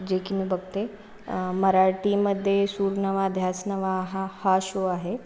जे की मी बघते मराठीमध्ये सूर नवा ध्यास नवा हा हा शो आहे